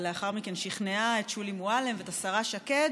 ולאחר מכן היא שכנעה את שולי מועלם ואת השרה שקד